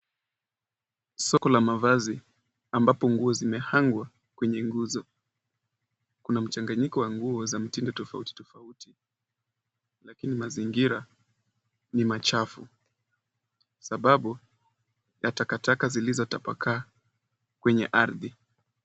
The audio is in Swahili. Soko la mavazi ambapo nguo zimahangwa kwenye nguzo. Kuna mchanganyiko wa nguo mtindo tofauti tofauti, lakini mazingira ni machafu sababu ya takataka zilizotapakaa kwenye ardhi.